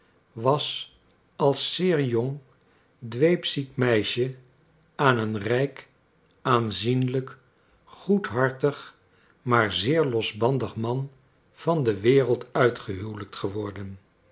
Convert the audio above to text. was als zeer jong dweepziek meisje aan een rijk aanzienlijk goedhartig maar zeer losbandig man van de wereld uitgehuwelijkt geworden